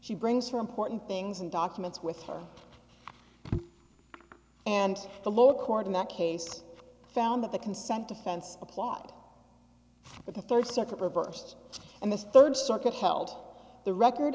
she brings her important things and documents with her and the law court in that case found that the consent defense applied but the third circuit reversed and the third circuit held the record